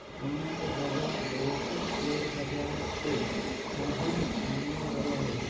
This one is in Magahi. सोना के बाजार दोसर शेयर बाजार से हरदम महंगा रहो हय